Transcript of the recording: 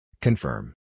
Confirm